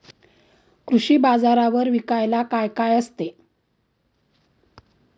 कृषी बाजारावर विकायला काय काय असते?